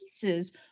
pieces